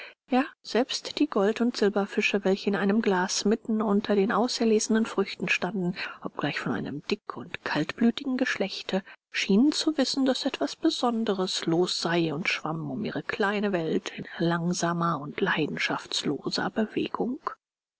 ja selbst die gold und silberfische welche in einem glas mitten unter den auserlesenen früchten standen obgleich von einem dick und kaltblütigen geschlechte schienen zu wissen daß etwas besonderes los sei und schwammen um ihre kleine welt in langsamer und leidenschaftsloser bewegung